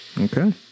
okay